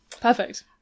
perfect